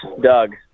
Doug